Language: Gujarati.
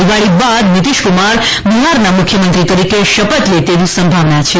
દીવાળી બાદ નીતીશ કુમાર બેહારના મુખ્યમંત્રી તરીકે શપથ લે તેવી સંભાવના છે